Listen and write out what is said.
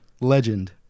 Legend